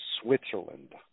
Switzerland